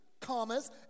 commas